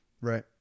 Right